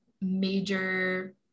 major